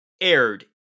aired